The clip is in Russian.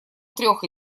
трех